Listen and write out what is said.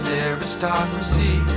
aristocracy